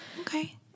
Okay